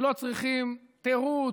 הם לא צריכים תירוץ.